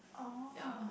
yeah